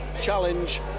challenge